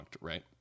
right